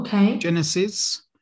Genesis